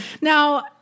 Now